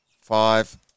five